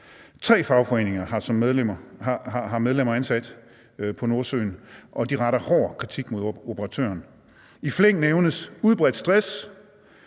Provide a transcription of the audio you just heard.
Tre fagforeninger har medlemmer ansat på Nordsøen, og de retter hård kritik mod operatøren. I flæng nævnes udbredt stress,